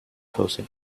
cosy